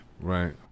Right